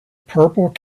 purple